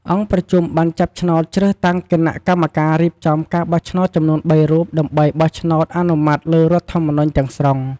អង្គប្រជុំបានចាប់ឆ្នោតជ្រើសតាំងគណៈកម្មការរៀបចំការបោះឆ្នោតចំនួនបីរូប ដើម្បីបោះឆ្នោតអនុម័តលើរដ្ឋធម្មនុញ្ញទាំងស្រុង។